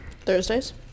thursdays